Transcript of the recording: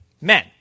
men